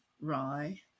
Rye